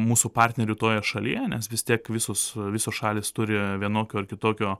mūsų partnerių toje šalyje nes vis tiek visos visos šalys turi vienokio ar kitokio